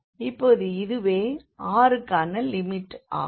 இப்போது இதுவே rக்கான லிமிட் ஆகும்